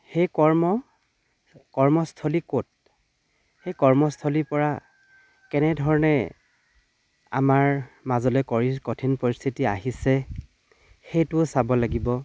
সেই কৰ্ম কৰ্মস্থলী ক'ত সেই কৰ্মস্থলীৰ পৰা কেনেধৰণে আমাৰ মাজলৈ কৰি কঠিন পৰিস্থিতি আহিছে সেইটোও চাব লাগিব